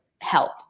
help